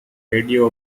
radio